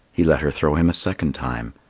he let her throw him a second time,